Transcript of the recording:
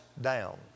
down